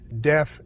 deaf